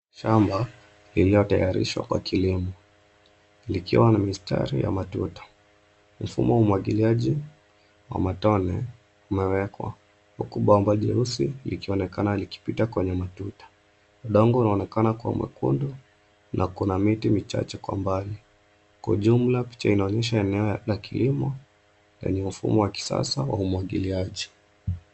Shamba iliyotayarishwa kwa kilimo ,likiwa na mistari ya matuta. Mfumo wa umwangiliaji wa matone umewekwa, huku bomba leusi likionekana likipita kwenye matuta. Udongo unaonekana kuwa mwekundu na kuna miti michache kwa mbali. Kwa jumla picha inaonyesha eneo la kilimo lenye mfumo wa kisasa wa umwangiliaji.